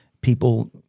people